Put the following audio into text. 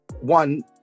one